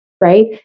right